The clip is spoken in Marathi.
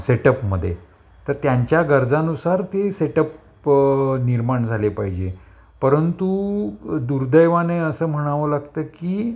सेटअपमदे तर त्यांच्या गरजानुसार ते सेटअप निर्माण झाले पाहिजे परंतु दुर्दैवाने असं म्हणावं लागतं की